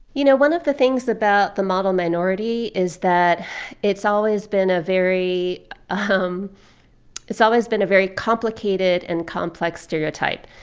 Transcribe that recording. you know, one of the things about the model minority is that it's always been a very ah um it's always been a very complicated and complex stereotype.